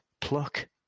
Pluck